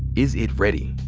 is it ready?